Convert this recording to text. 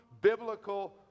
biblical